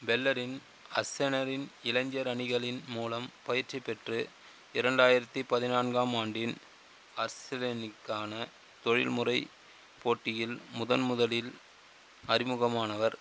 பெல்லரின் அர்செனரின் இளைஞர் அணிகளின் மூலம் பயிற்சி பெற்று இரண்டாயிரத்து பதினான்காம் ஆண்டின் அர்செனலுக்கான தொழில்முறை போட்டியில் முதன்முதலில் அறிமுகமானவர்